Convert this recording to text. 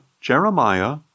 Jeremiah